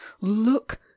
Look